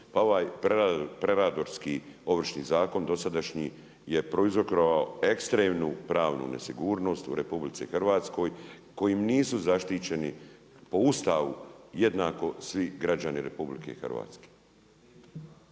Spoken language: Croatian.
Pa ovaj predatorski Ovršni zakon dosadašnji je prouzrokovao ekstremnu pravnu nesigurnost u Republici Hrvatskoj kojim nisu zaštićeni po Ustavu jednako svi građani RH. Pa tko